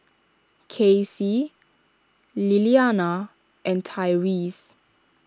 Kaycee Lilianna and Tyreese